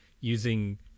using